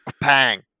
bang